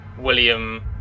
William